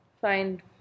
find